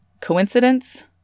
Coincidence